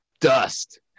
dust